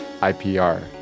IPR